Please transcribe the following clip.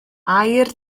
aur